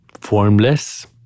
formless